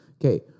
okay